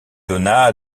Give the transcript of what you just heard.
donna